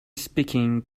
speaking